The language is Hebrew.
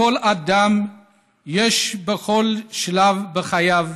לכל אדם יש בכל שלב בחייו